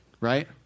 right